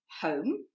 home